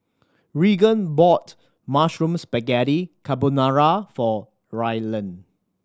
Reagan bought Mushroom Spaghetti Carbonara for Rylan